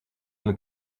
une